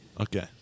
Okay